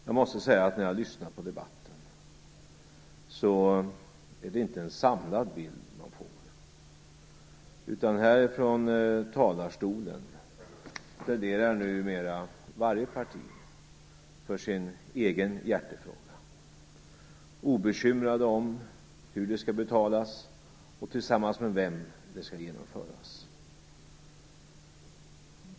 Jag måste säga att när man lyssnar på debatten är det inte en samlad bild man får, utan här ifrån talarstolen pläderar numera varje parti för sina egna hjärtefrågor, obekymrade om hur de skall betalas och tillsammans med vem de skall genomföras.